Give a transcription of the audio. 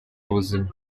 ubuzima